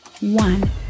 one